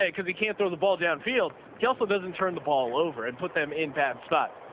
because he can't throw the ball down field. he also doesn't turn the ball over and put them in bad spots.